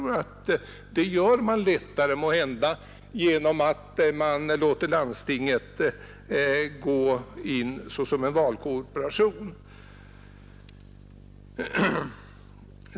Det uppnås lättare genom att man låter landstingen gå in som en valkorporation.